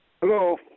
Hello